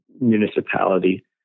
municipality